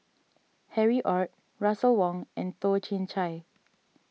Harry Ord Russel Wong and Toh Chin Chye